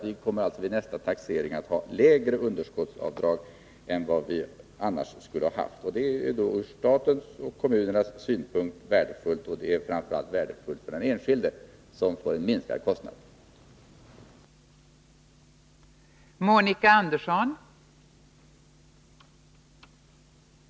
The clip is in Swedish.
Vi kommer alltså vid nästa taxering att ha lägre underskottsavdrag än vad vi annars skulle ha haft. Det är värdefullt både från statens och från kommunernas synpunkt, och det är framför allt värdefullt för den enskilde, som får en minskning av kostnaderna.